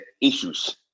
issues